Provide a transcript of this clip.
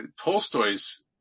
Tolstoy's